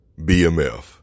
BMF